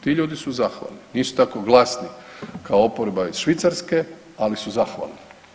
Ti ljudi su zahvalni, nisu tako glasni kao oporba iz Švicarske, ali su zahvalni.